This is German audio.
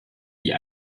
die